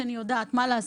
כי אני יודעת, מה לעשות